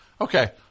Okay